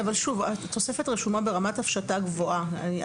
התוספת רשומה ברמת הפשטה גבוהה,